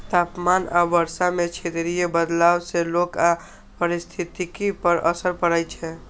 तापमान आ वर्षा मे क्षेत्रीय बदलाव सं लोक आ पारिस्थितिकी पर असर पड़ै छै